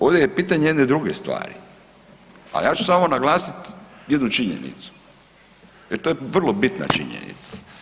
Ovdje je pitanje jedne druge stvari, a ja ću samo naglasit jednu činjenicu jer to je vrlo bitna činjenica.